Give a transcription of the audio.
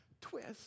twist